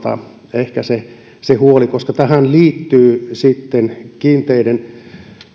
ehkä se se huoli koska tähän liittyvät sitten kiinteiden